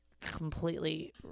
completely